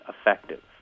effective